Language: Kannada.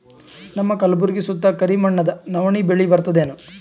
ನಮ್ಮ ಕಲ್ಬುರ್ಗಿ ಸುತ್ತ ಕರಿ ಮಣ್ಣದ ನವಣಿ ಬೇಳಿ ಬರ್ತದೇನು?